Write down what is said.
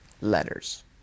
letters